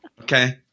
Okay